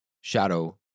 shadow